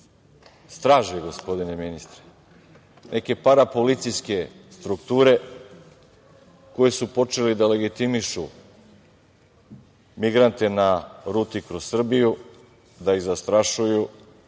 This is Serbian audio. straže, gospodine ministre, neke parapolicijske strukture koje su počele da legitimišu migrante na ruti kroz Srbiju, da ih zastrašuju